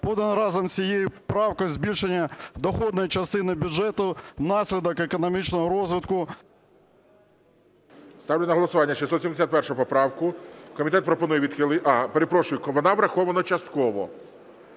Подане разом з цією правкою збільшення доходної частини бюджету внаслідок економічного розвитку… ГОЛОВУЮЧИЙ. Ставлю на голосування 671 поправку. Комітет пропонує… Перепрошую, вона врахована частково,